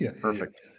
perfect